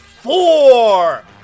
four